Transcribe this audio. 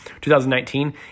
2019